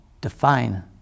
define